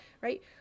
right